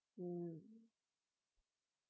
mm